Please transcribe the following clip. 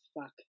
fuck